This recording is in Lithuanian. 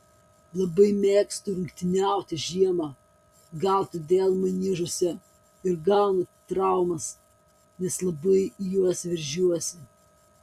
labai mėgstu rungtyniauti žiemą gal todėl maniežuose ir gaunu traumas nes labai į juos veržiuosi